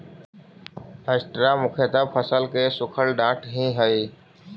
straw मुख्यतः फसल के सूखल डांठ ही हई